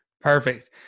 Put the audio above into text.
Perfect